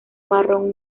marrón